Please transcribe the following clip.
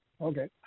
Okay